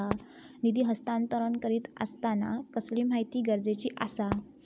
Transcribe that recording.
निधी हस्तांतरण करीत आसताना कसली माहिती गरजेची आसा?